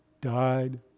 died